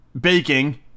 baking